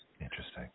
Interesting